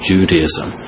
Judaism